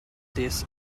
this